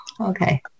Okay